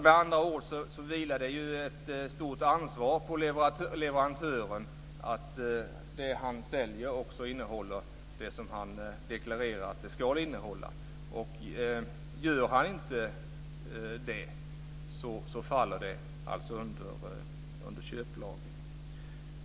Med andra ord vilar det ett stort ansvar på leverantören att det han säljer också innehåller det han deklarerar att det ska innehålla. Gör det inte det faller det under köplagen.